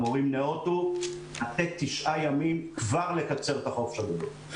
המורים נאותו לתת 9 ימים וכבר לקצר את החופש הגדול.